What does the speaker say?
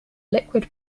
liquid